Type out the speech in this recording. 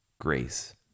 grace